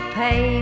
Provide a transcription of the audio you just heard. pay